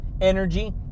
energy